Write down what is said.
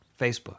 Facebook